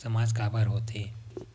सामाज काबर हो थे?